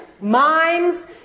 mimes